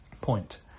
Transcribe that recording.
point